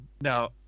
now